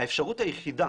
האפשרות היחידה